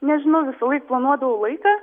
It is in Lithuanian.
nežinau visąlaik planuodavau laiką